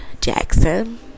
Jackson